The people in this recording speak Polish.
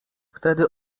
wtedy